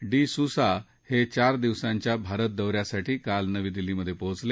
D Sousa चार दिवसांच्या भारत दौऱ्यासाठी काल नवी दिल्लीत पोचले